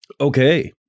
okay